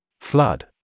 Flood